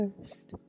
first